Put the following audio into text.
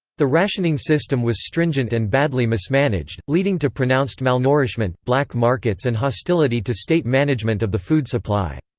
the rationing system was stringent and badly mismanaged, leading to pronounced malnourishment, black markets and hostility to state management of the food supply.